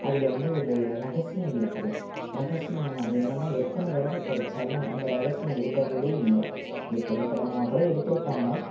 அதில் வந்து ஒரு ரகசியம் இருக்குது ரகசியம் அது என்னென்னால் எத்தனை தடவை படித்தாலும் அந்த ரகசியம் விடுபடுறதே இல்லை இதை திரைப்படமாக கூட எடுத்திருக்காங்க